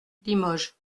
limoges